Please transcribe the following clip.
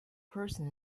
person